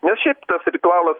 nes šiaip tas ritualas